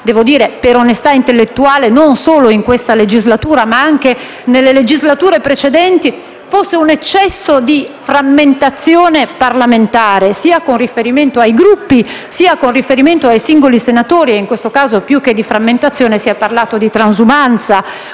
devo dire, per onestà intellettuale, non solo in questa legislatura, ma anche nelle legislature precedenti - fosse un eccesso di frammentazione parlamentare sia con riferimento ai Gruppi sia con riferimento ai singoli senatori; e in questo caso più che di frammentazione si è parlato di transumanza